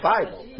Bible